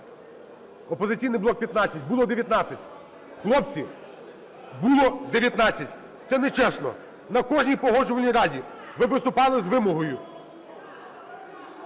"Опозиційний блок" – 15 (було 19). Хлопці, було 19. Це нечесно. На кожній Погоджувальній раді ви виступали з вимогою.